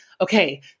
okay